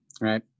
Right